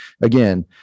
Again